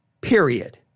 period